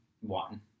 one